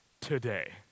today